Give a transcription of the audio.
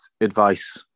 advice